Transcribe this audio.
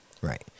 Right